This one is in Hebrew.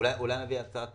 אולי נביא הצעת